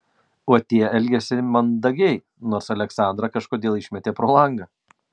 o tie elgėsi mandagiai nors aleksandrą kažkodėl išmetė pro langą